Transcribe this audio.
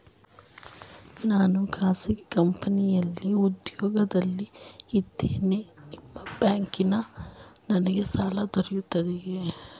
ನಾನು ಖಾಸಗಿ ಕಂಪನಿಯಲ್ಲಿ ಉದ್ಯೋಗದಲ್ಲಿ ಇದ್ದೇನೆ ನಿಮ್ಮ ಬ್ಯಾಂಕಿನಲ್ಲಿ ನನಗೆ ಸಾಲ ದೊರೆಯುತ್ತದೆಯೇ?